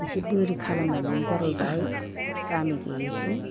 एसे बोरि खालामनानै गारबोबाय गामि गैयिथिं